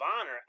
Honor